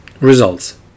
Results